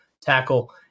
tackle